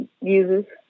uses